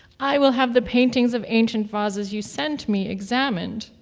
i will have the paintings of ancient vases you sent me examined,